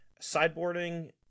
sideboarding